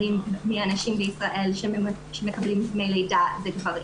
מאלה שמקבלים דמי לידה בישראל הם גברים.